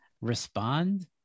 respond